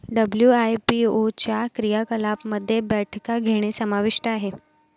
WIPO च्या क्रियाकलापांमध्ये बैठका घेणे समाविष्ट आहे